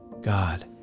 God